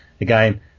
again